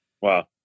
Wow